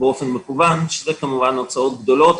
באופן מקוון, וזה כמובן הוצאות גדולות.